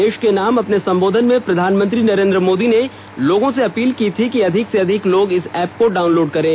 देश के नाम अपने संबोधन में प्रधानमंत्री नरेन्द्र मोदी ने लोगों से अपील की थी की अधिक से अधिक लोग इस ऐप को डाउनलोड करें